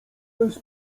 bez